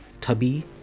tubby